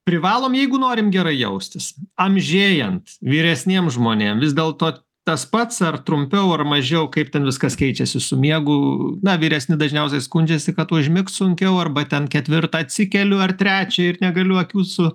privalom jeigu norim gerai jaustis amžėjant vyresniem žmonėm vis dėlto tas pats ar trumpiau ar mažiau kaip ten viskas keičiasi su miegu na vyresni dažniausiai skundžiasi kad užmigt sunkiau arba ten ketvirtą atsikeliu ar trečią ir negaliu akių su